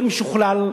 יותר משוכלל,